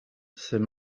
c’est